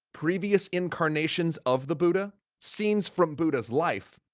previous incarnations of the buddha, scenes from buddha's life.